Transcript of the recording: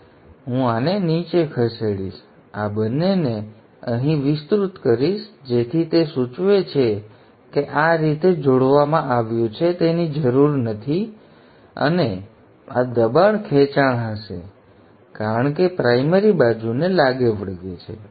તેથી હું શું કરીશ હું આને નીચે ખસેડીશ અને આ બંનેને અહીં વિસ્તૃત કરીશ જેથી તે સૂચવે કે આ રીતે જોડવામાં આવ્યું છે તેની જરૂર નથી અને આ દબાણ ખેંચાણ હશે કારણ કે પ્રાઇમરી બાજુને લાગેવળગે છે